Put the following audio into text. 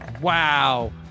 Wow